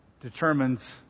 determines